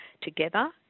together